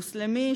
מוסלמי,